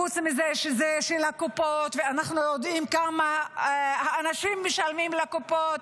חוץ מזה שזה של הקופות ואנחנו יודעים כמה האנשים משלמים לקופות.